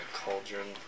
cauldron